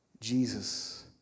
Jesus